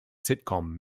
sitcom